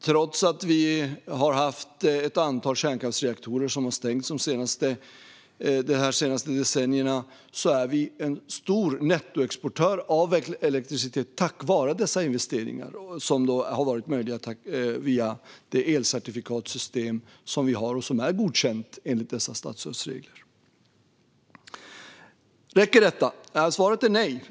Trots att vi har haft ett antal kärnkraftsreaktorer som har stängts de senaste decennierna är vi en stor nettoexportör av elektricitet tack vare dessa investeringar, som har varit möjliga via det elcertifikatssystem som vi har och som är godkänt enligt statsstödsreglerna. Räcker detta? Svaret är nej.